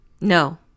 No